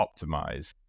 optimize